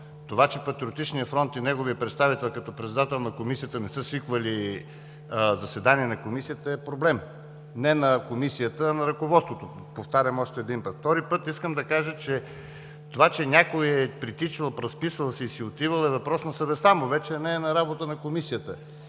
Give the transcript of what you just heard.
Това, че Патриотичният фронт и неговият представител като председател на Комисията не са свиквали заседания на Комисията е проблем не на Комисията, а на ръководството – повтарям още един път. Втори път, искам да кажа, че това, че някой е притичвал, разписвал се е и си е отивал, е въпрос на съвестта му, вече не е работа на Комисията.